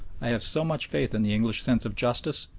i have so much faith in the english sense of justice,